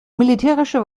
militärische